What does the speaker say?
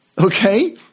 Okay